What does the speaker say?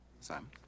Simon